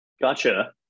Gotcha